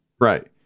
Right